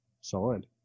Solid